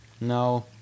No